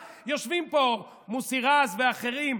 1967. יושבים פה מוסי רז ואחרים,